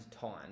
time